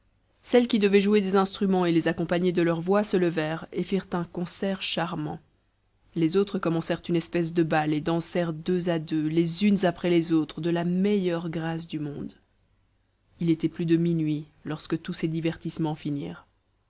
celles qui devaient jouer des instruments et les accompagner de leurs voix se levèrent et firent un concert charmant les autres commencèrent une espèce de bal et dansèrent deux à deux les unes après les autres de la meilleure grâce du monde il était plus de minuit lorsque tous ces divertissements finirent